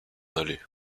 aller